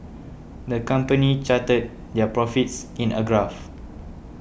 the company charted their profits in a graph